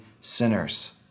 sinners